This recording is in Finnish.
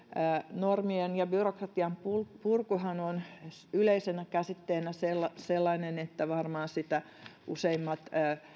normien ja byrokratian purkuhan on yleisenä käsitteenä sellainen että varmaan sitä useimmat